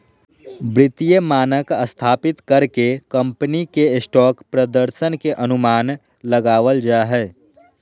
वित्तीय मानक स्थापित कर के कम्पनी के स्टॉक प्रदर्शन के अनुमान लगाबल जा हय